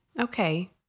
Okay